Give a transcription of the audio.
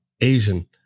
Asian